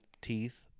teeth